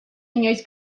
inoiz